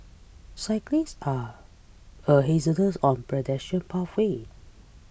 cyclists are a hazards on pedestrian pathways